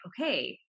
okay